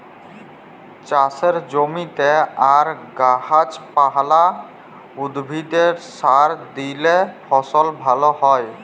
চাষের জমিতে আর গাহাচ পালা, উদ্ভিদে সার দিইলে ফসল ভাল হ্যয়